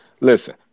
listen